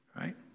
right